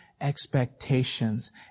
expectations